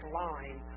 line